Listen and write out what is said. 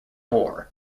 war